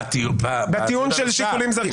בטיעון של שיקולים זרים.